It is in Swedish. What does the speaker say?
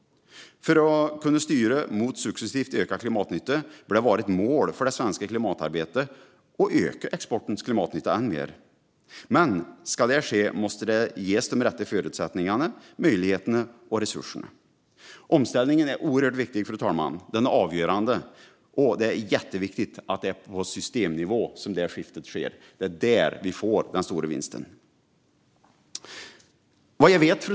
För att kunna styra mot successivt ökad klimatnytta bör det vara ett mål för det svenska klimatarbetet att öka exportens klimatnytta ännu mer. Men ska det ske måste den ges de rätta förutsättningarna, möjligheterna och resurserna. Omställningen är oerhört viktig, fru talman. Den är avgörande, och det är jätteviktigt att det är på systemnivå som skiftet sker, för det är där vi får den stora vinsten. Fru talman!